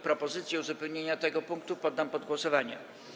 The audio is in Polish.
Propozycję uzupełnienia tego punktu poddam pod głosowanie.